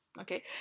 okay